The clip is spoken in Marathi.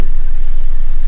5 आहे